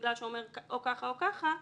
בגלל שאומר או ככה או ככה,